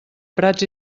prats